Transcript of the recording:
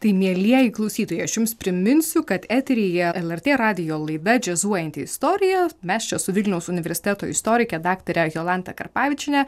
tai mielieji klausytojai aš jums priminsiu kad eteryje lrt radijo laida džiazuojanti istorija mes čia su vilniaus universiteto istorike daktare jolanta karpavičiene